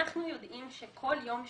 אנחנו יודעים שכל יום שעובר,